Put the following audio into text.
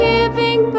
Giving